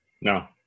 No